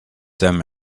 them